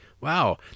wow